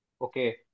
Okay